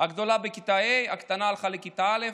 הגדולה בכיתה ה', הקטנה הלכה לכיתה א'.